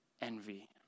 envy